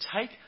take